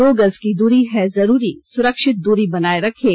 दो गज की दूरी है जरूरी सुरक्षित दूरी बनाए रखें